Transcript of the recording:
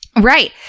Right